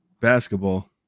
basketball